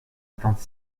attente